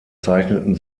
zeichneten